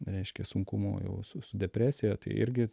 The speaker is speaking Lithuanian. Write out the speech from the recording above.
reiškia sunkumų jau su su depresija tai irgi